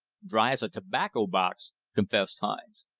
dry as a tobacco box, confessed hines.